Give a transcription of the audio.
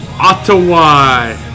Ottawa